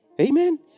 Amen